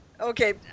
Okay